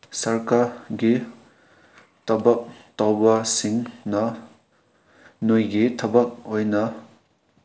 ꯁꯔꯀꯥꯒꯤ ꯊꯕꯛ ꯇꯧꯕꯁꯤꯡꯅ ꯃꯣꯏꯒꯤ ꯊꯕꯛ ꯑꯣꯏꯅ